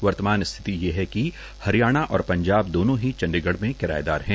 वतमान थि त यह है क ह रयाणा और पंजाब दोन ह चंडीगढ़ म करायेदार है